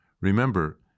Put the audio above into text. Remember